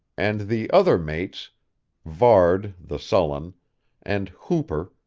and the other mates varde, the sullen and hooper,